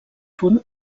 punt